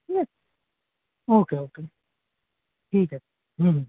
ঠিক আছে okay okay ঠিক আছে হুম হু